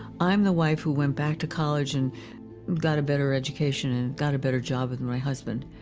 i'm the wife who went back to college and got a better education and got a better job than my husband.